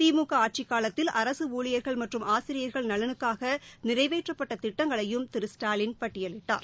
திமுக ஆட்சிக் காலத்தில் அரசு ஊழியர்கள் மற்றும் ஆசிரியர்கள் நலனுக்காக நிறைவேற்றப்பட்ட திட்டங்களையும் திரு ஸ்டாலின் பட்டியலிட்டார்